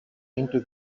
into